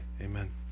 amen